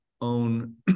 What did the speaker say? own